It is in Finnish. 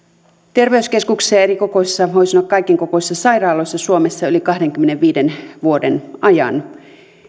terveyskeskuksissa ja erikokoisissa voi sanoa että kaikenkokoisissa sairaaloissa suomessa yli kahdenkymmenenviiden vuoden ajan